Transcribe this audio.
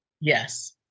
Yes